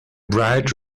bright